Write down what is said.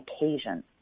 occasion